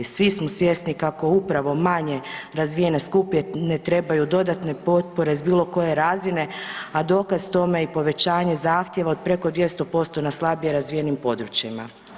Svi smo svjesni kako upravo manje razvijene skupine trebaju dodatne potpore s bilo koje razine, a dokaz tome je i povećanje zahtjeva od preko 200% na slabije razvijenim područjima.